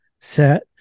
set